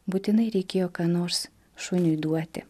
būtinai reikėjo ką nors šuniui duoti